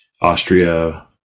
Austria